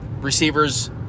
receivers